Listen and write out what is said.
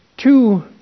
two